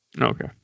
Okay